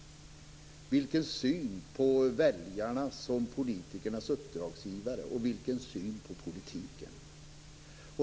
Vilket syn på väljarna som politikernas uppdragsgivare. Vilken syn på politiken.